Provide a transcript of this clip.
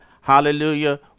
hallelujah